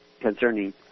concerning